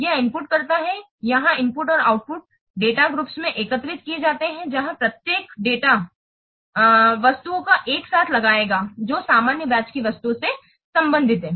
यह इनपुट करता है यहां इनपुट और आउटपुट डेटा ग्रुप्स में एकत्र किए जाते हैं जहां प्रत्येक समूह डेटा वस्तुओं को एक साथ लाएगा जो समान ब्याज की वस्तु से संबंधित हैं